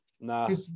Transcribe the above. No